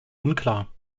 unklar